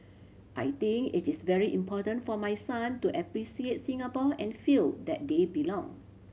I think it is very important for my son to appreciate Singapore and feel that they belong